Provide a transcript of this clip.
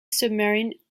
submarine